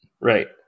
right